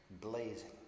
blazing